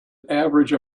average